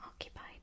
occupied